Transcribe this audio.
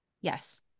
Yes